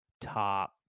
top